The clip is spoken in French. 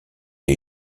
est